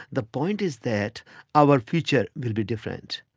the point is that our future will be different.